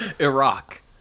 Iraq